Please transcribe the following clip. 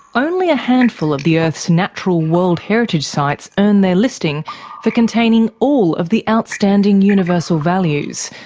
only a handful of the earth's natural world heritage sites earn their listing for containing all of the outstanding universal values.